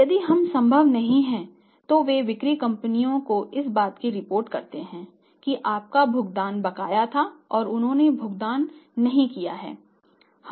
यदि यह संभव नहीं है तो वे बिक्री कंपनियों को इस बात की रिपोर्ट करते हैं कि आपका भुगतान बकाया था और उन्होंने भुगतान नहीं किया है